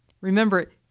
Remember